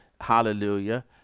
hallelujah